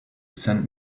sent